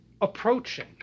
approaching